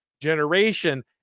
generation